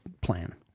plan